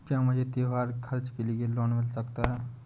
क्या मुझे त्योहार के खर्च के लिए लोन मिल सकता है?